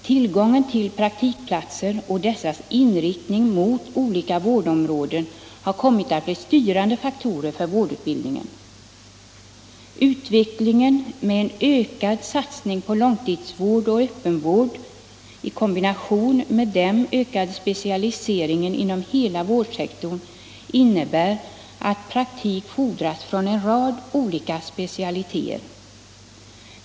Tillgången till praktikplatser och dessas inriktning mot olika vårdområden har kommit att bli styrande faktorer för vårdutbildningen. Utvecklingen med en ökad satsning på långtidsvård och öppen vård i kombination med den ökade specialiseringen inom hela vårdsektorn innebär att praktik fordras från en rad specialiteter.